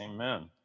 Amen